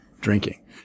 drinking